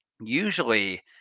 usually